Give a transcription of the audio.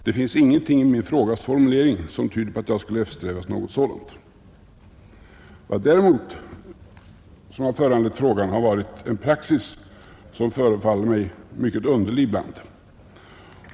Det finns ingenting i min frågas formulering som tyder på att jag skulle ha eftersträvat något sådant. Vad som däremot har föranlett frågan är en praxis som ibland förefaller mig mycket underlig.